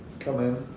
come in,